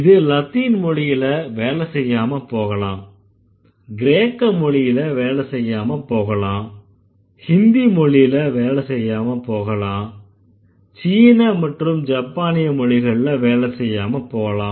இது லத்தீன் மொழியில வேலை செய்யாமப் போகலாம் கிரேக்க மொழில வேலை செய்யாமப் போகலாம் ஹிந்தி மொழில வேலை செய்யாமப் போகலாம் சீன மற்றும் ஜப்பானிய மொழிகள்ல வேலை செய்யாமப் போகலாம்